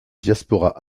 diaspora